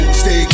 stay